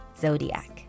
Zodiac